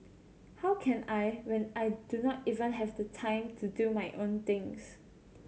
how can I when I do not even have the time to do my own things